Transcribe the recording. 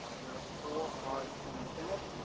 there are four hard points in it.